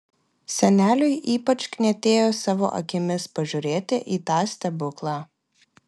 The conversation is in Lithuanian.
seneliui ypač knietėjo savo akimis pažiūrėti į tą stebuklą